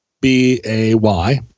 B-A-Y